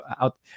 out